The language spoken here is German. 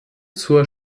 zur